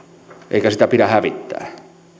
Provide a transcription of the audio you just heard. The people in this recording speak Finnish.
eikä sitä pidä hävittää